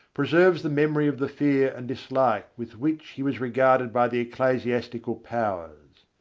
pre serves the memory of the fear and dislike with which he was regarded by the ecclesiastical powers.